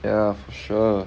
ya for sure